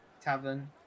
Tavern